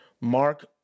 Mark